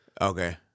Okay